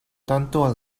tanto